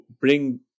bring